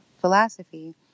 philosophy